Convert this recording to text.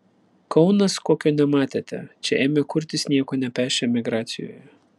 kaunas kokio nematėte čia ėmė kurtis nieko nepešę emigracijoje